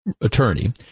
attorney